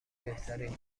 بهترین